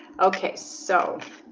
okay, so